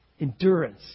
endurance